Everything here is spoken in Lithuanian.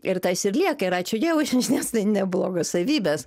ir tas ir lieka ir ačiū dievui nes tai ne blogos savybės